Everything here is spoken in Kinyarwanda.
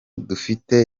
dufite